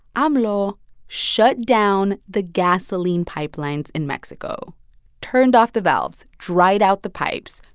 amlo shut down the gasoline pipelines in mexico turned off the valves, dried out the pipes,